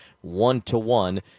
one-to-one